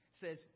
says